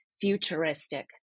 futuristic